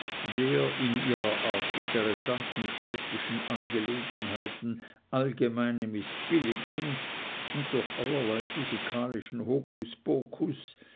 der in ihrer art interessanten städtischen angelegenheiten allgemeine mißbilligung und durch allerlei physikalischen hokuspokus